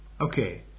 Okay